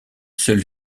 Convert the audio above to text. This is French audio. seule